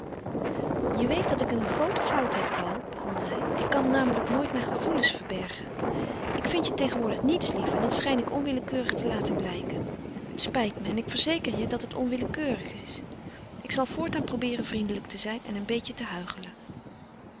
je weet dat ik een groote fout heb paul begon zij ik kan namelijk nooit mijn gevoelens verbergen ik vind je tegenwoordig niets lief en dat schijn ik onwillekeurig te laten blijken het spijt me en ik verzeker je dat het onwillekeurig is ik zal voortaan probeeren vriendelijker te zijn en een beetje te huichelen